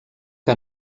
que